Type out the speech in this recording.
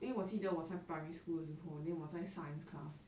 因为我记得我在 primary school 的时候 then 我在 science class